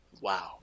Wow